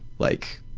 like,